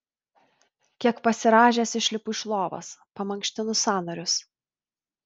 kiek pasirąžęs išlipu iš lovos pamankštinu sąnarius